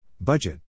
Budget